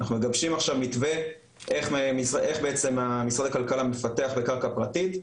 אנחנו מגבשים עכשיו מתווה איך בעצם משרד הכלכלה מפתח בקרקע פרטית,